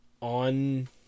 on